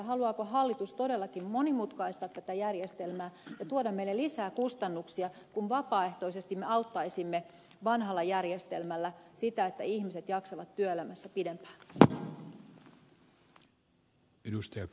haluaako hallitus todellakin monimutkaistaa tätä järjestelmää ja tuoda meille lisää kustannuksia kun vapaaehtoisesti me auttaisimme vanhalla järjestelmällä sitä että ihmiset jaksavat työelämässä pidempään